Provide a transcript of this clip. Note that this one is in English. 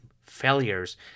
failures